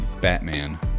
Batman